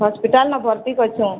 ହସ୍ପିଟାଲ୍ନେ ଭର୍ତ୍ତି କରିଛେ